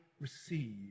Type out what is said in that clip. receive